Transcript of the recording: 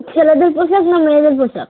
ছেলেদের পোশাক না মেয়েদের পোশাক